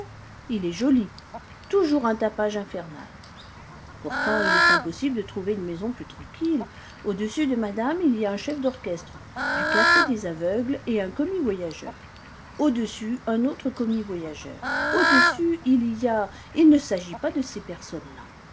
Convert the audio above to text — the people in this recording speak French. il est joli toujours un tapage infernal pourtant il est impossible de trouver une maison plus tranquille au-dessus de madame il y a un chef d'orchestre du café des aveugles et un commis voyageur au-dessus un autre commis voyageur au-dessus il y a il ne s'agit pas de ces personnes-là